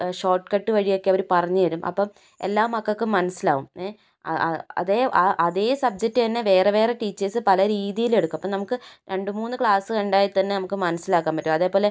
short cut വഴിയൊക്കെ അവർ പറഞ്ഞ് തരും അപ്പം എല്ലാ മക്കൾക്കും മനസ്സിലാകും ഏ അതേ അതേ സബ്ജക്ട് തന്നെ വേറെ വേറെ ടീച്ചേഴ്സ് പല രീതിയിൽ എടുക്കും അപ്പം നമുക്ക് രണ്ടുമൂന്ന് ക്ലാസ്സ് കണ്ടാൽത്തന്നെ നമുക്ക് മനസ്സിലാക്കാൻ പറ്റും അതേപോലെ